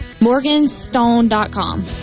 Morganstone.com